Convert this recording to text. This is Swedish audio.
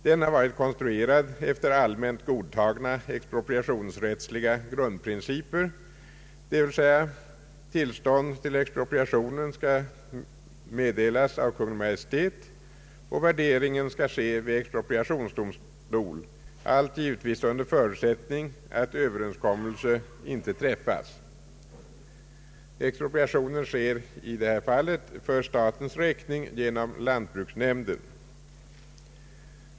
Den är konstruerad efter allmänt godtagna expropriationsrättsliga grundprinciper, d. v. s. att tillstånd till expropriationen skall meddelas av Kungl. Maj:t och värdering ske vid expropriationsdomstol, allt givetvis under förutsättning att överenskommelse ej träffas. Expropriation sker i detta fall för statens räkning genom lantbruksnämnd.